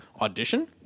audition